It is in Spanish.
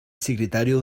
secretario